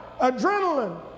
adrenaline